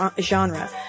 genre